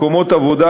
מקומות עבודה,